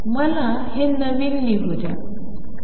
तर मला हे नवीन लिहू द्या